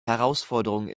herausforderungen